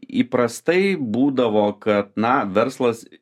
įprastai būdavo kad na verslas